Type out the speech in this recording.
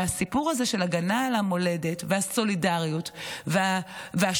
והסיפור הזה של הגנה על המולדת והסולידריות ושותפות